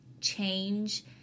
change